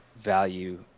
value